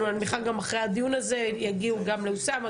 אני מניחה שאחרי הדיון הזה יגיעו גם לאוסאמה,